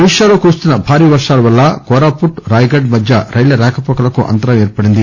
ఒడిశా లో కురుస్తున్న భారీ వర్షాల వల్ల కోరాపుట్ రాయగఢ్ మధ్య రైళ్ళ రాకపోకలకు అంతరాయం ఏర్పడింది